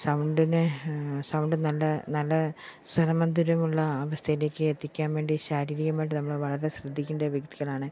സൗണ്ടിനെ sound നല്ല നല്ല സ്വരമധുരമുള്ള അവസ്ഥയിലേക്ക് എത്തിക്കാൻ വേണ്ടി ശാരീരികമായിട്ട് നമ്മൾ വളരെ ശ്രദ്ധിക്കേണ്ട വ്യക്തികളാണ്